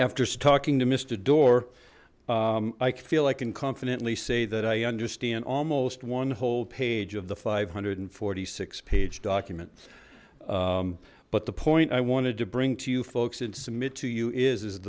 after talking to mister doar i feel i can confidently say that i understand almost one whole page of the five hundred and forty six page documents but the point i wanted to bring to you folks and submit to you is is